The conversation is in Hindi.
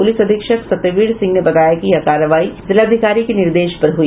पुलिस अधीक्षक सत्यवीर सिंह ने बताया कि यह कार्रवाई जिलाधिकारी के निर्देश पर हुई